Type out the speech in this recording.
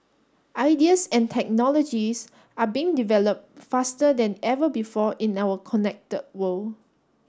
ideas and technologies are being developed faster than ever before in our connected world